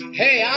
hey